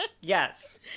Yes